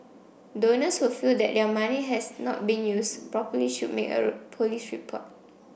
donors who feel that their money has not been used properly should make a police report